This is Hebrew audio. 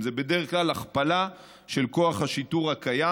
זה בדרך כלל הכפלה של כוח השיטור הקיים,